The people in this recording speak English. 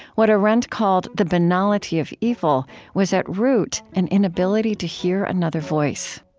what arendt called the banality of evil was at root an inability to hear another voice